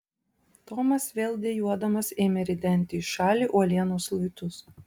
tomas vėl dejuodamas ėmė ridenti į šalį uolienos luitus